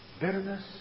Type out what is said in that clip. Bitterness